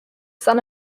son